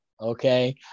Okay